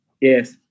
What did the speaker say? Yes